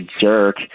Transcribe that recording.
jerk